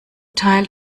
teil